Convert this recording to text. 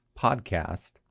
podcast